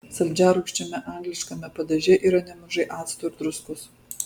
saldžiarūgščiame angliškame padaže yra nemažai acto ir druskos